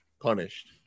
punished